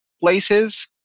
places